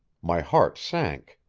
my heart sank.